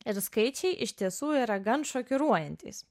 ir skaičiai iš tiesų yra gan šokiruojantys